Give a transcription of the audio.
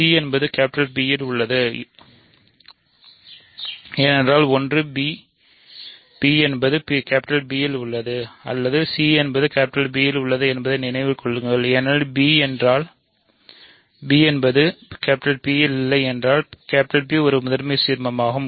c என்பது P ல் உள்ளது இடத்தில் உள்ளது ஏனென்றால் ஒன்று b பஎன்பது P இல் உள்ளது அல்லது c என்பது P இல் உள்ளது என்பதை நினைவில் கொள்ளுங்கள் ஏனெனில் b என்பது p இல் இல்லை என்றால் P ஒரு முதன்மை சீர்மமாகும்